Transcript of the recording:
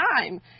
time